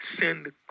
Send